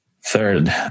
Third